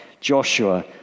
Joshua